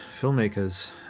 filmmakers